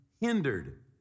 hindered